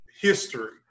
history